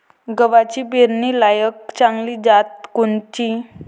गव्हाची पेरनीलायक चांगली जात कोनची?